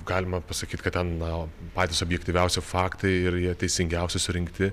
galima pasakyt kad ten na patys objektyviausi faktai ir jie teisingiausiai surinkti